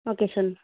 okay sir